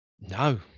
No